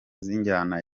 z’injyana